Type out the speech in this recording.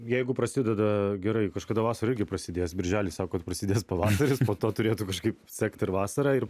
jeigu prasideda gerai kažkada vasara irgi prasidės birželį sakot prasidės pavasaris po to turėtų kažkaip sekti ir vasara ir